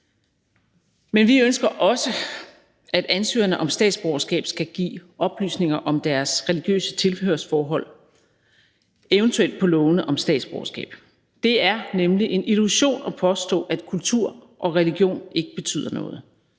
Men vi ønsker også, at ansøgerne til statsborgerskab skal give oplysninger om deres religiøse tilhørsforhold, eventuelt på lovforslagene om statsborgerskab. Det er nemlig en illusion at påstå, at kultur og religion ikke betyder noget